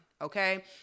okay